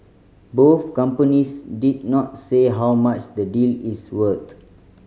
both companies did not say how much the deal is worth